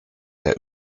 der